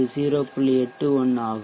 81 ஆகும்